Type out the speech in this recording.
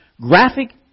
Graphic